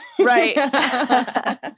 Right